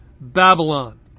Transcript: Babylon